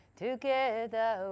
together